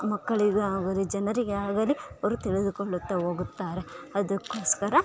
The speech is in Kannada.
ಮಕ್ಕಳಿಗೆ ಹಾಗೂ ಜನರಿಗೆ ಆಗಲಿ ಅವರು ತಿಳಿದುಕೊಳ್ಳುತ್ತಾ ಹೋಗುತ್ತಾರೆ ಅದಕ್ಕೋಸ್ಕರ